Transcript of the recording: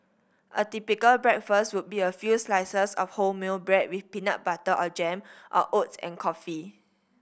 a typical breakfast would be a few slices of wholemeal bread with peanut butter or jam or oats and coffee